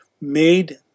made